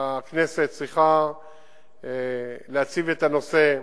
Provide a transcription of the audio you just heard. והכנסת צריכה להציב את הנושא.